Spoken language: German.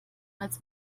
als